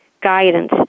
guidance